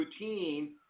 routine